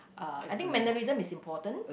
uh I think mannerism is important